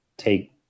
take